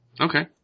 Okay